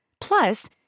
Plus